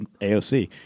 AOC